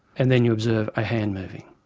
and then you observe a hand moving.